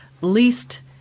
Least